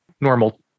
normal